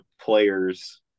players